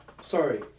Sorry